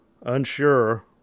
unsure